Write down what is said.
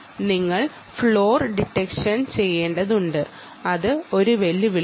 നിങ്ങൾ floor detection ചെയ്യേണ്ടതുണ്ട് അത് ഒരു വെല്ലുവിളിയാണ്